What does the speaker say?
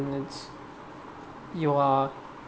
it's you are